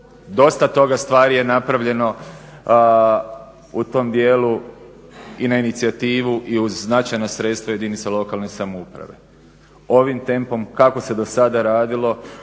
Dosta toga stvari je napravljeno u tom dijelu i na inicijativu i uz značajna sredstva jedinica lokalne samouprave. Ovim tempom kako se do sada radilo